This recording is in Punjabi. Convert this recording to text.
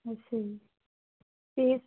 ਅੱਛਾ ਜੀ ਅਤੇ